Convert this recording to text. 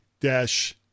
dash